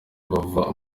bava